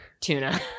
tuna